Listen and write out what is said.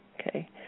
okay